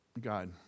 God